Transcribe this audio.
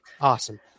awesome